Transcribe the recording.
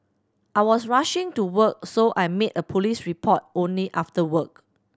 I was rushing to work so I made a police report only after work